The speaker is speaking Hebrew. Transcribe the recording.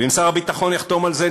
ואם שר הביטחון יחתום על זה,